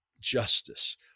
justice